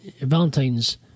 Valentine's